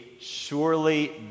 surely